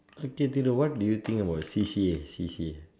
okay Thiru what do you think about C_C_A C_C_A